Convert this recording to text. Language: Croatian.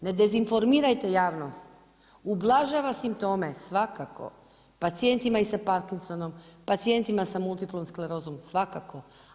Ne dezinformirajte javnost, ublažava simptome svakako pacijentima i sa Parkinsonom, pacijentima sa multiplom sklerozom svakako.